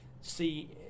See